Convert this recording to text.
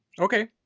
Okay